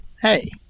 Hey